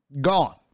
Gone